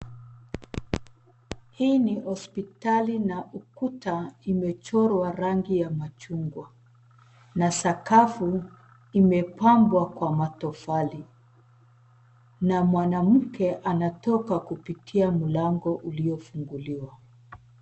Hii ni hospitali na ukuta imechorwa rangi ya machungwa, na sakafu, imepambwa kwa matofali, na mwanamke anatoka kupitia mlango uliofunguliwa.